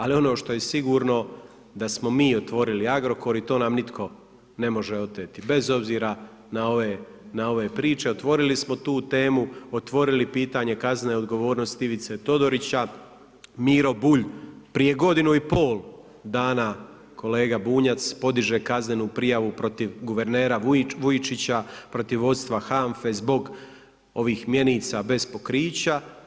Ali, ono što je sigurno, da smo mi otvorili Agrokor i to nam nitko ne može oteti, bez obzira na ove priče, otvorili smo tu temu, otvorili pitanje kaznene odgovornosti Ivice Todorića, Miro Bulj, prije godinu i pol dana, kolega Bunjac, podiže kaznenu prijavu protiv guvernera Vujčića, protiv vodstva HANFA-e, zbog ovih mjenica bez pokrića.